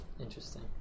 Interesting